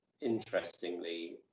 interestingly